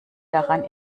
daran